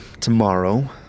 tomorrow